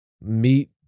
meet